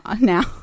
Now